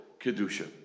kedusha